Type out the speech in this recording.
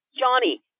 Johnny